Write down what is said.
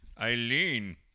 Eileen